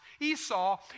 Esau